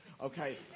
Okay